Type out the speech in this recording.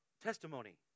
testimony